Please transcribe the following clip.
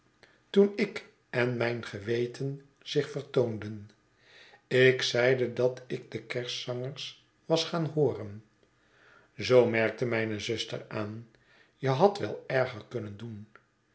toen ik en mijn geweten zich vertoonden ik zeide dat ik de kerstzangers was gaan hooren zoo merkte mijne zuster aan je hadt wel erger kunnen doen